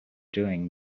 doing